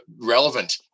relevant